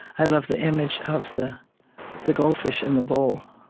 i love the image of the the goldfish in the bowl.